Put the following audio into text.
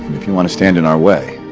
if you want to stand in our way